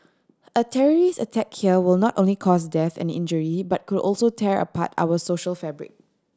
a terrorist attack here will not only cause death and injury but could also tear apart our social fabric